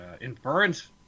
inference